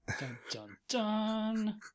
Dun-dun-dun